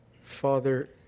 Father